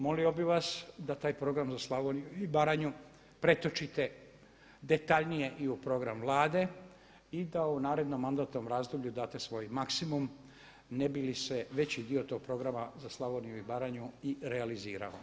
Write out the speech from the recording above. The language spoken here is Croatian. Molio bih vas da taj program za Slavoniju i Baranju pretočite detaljnije i u program Vlade i da u narednom mandatnom razdoblju date svoj maksimum ne bi li se veći dio tog programa za Slavoniju i Baranju i realizirao.